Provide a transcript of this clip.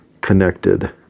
connected